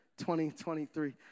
2023